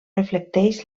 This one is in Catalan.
reflecteix